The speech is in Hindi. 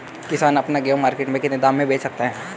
किसान अपना गेहूँ मार्केट में कितने दाम में बेच सकता है?